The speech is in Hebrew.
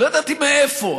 לא ידעתי מאיפה,